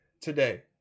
today